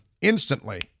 instantly